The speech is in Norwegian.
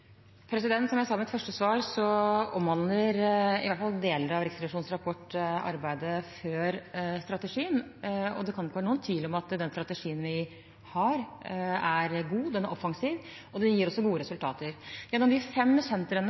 Som jeg sa i mitt første svar, omhandler i hvert fall deler av Riksrevisjonens rapport arbeidet før strategien. Det kan ikke være noen tvil om at den strategien vi har, er god. Den er offensiv, og det gir også gode resultater. Gjennom de fem sentrene